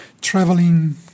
traveling